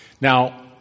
Now